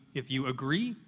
if you agree,